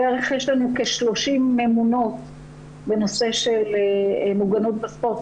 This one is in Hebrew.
יש לנו כ-30 ממונות בנושא של מוגנות בספורט,